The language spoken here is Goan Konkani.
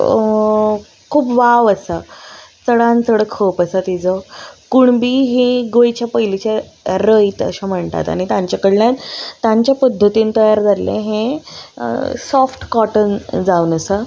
खूब वाव आसा चडान चड खप आसा तिजो कुणबी ही एक गोंयच्या पयलींच्या रयत अशें म्हणटात आनी तांचे कडल्यान तांच्या पद्दतीन तयार जाल्लें हें सॉफ्ट कॉटन जावन आसा